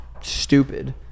stupid